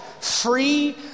free